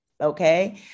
okay